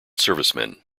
servicemen